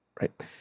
right